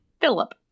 philip